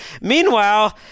Meanwhile